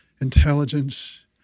intelligence